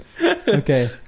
Okay